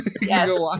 Yes